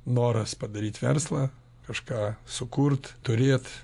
noras padaryt verslą kažką sukurt turėt